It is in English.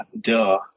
duh